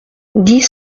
dix